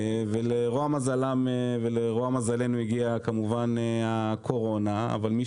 לרוע מזלם ולרוע מזלנו הגיעה הקורונה, אבל מי